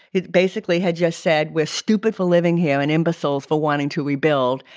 basically had just said we're stupid for living here and imbeciles for wanting to rebuild.